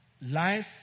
Life